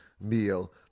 meal